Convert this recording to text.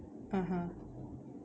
(uh huh)